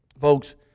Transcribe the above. Folks